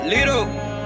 Little